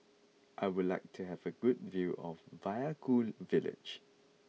I would like to have a good view of Vaiaku village